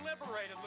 liberated